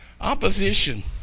Opposition